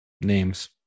Names